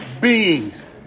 beings